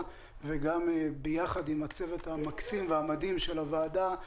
ועל כך שביחד עם הצוות המקסים והמדהים של הוועדה הוא